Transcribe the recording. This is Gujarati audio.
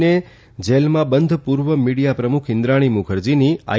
ને જેલમાં બંધ પૂર્વ મિડીયા પ્રમુખ ઇન્દ્રાણી મુખર્જીની આઈ